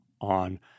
on